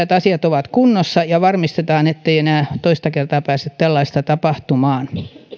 että asiat ovat kunnossa ja että varmistetaan ettei enää toista kertaa pääse tällaista tapahtumaan